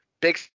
big